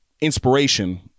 Inspiration